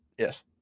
Yes